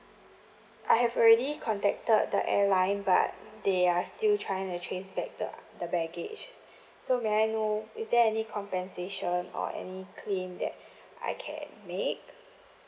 I have already contacted the airline but they are still trying to trace back the the baggage so may I know is there any compensation or any claim that I can make